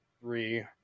three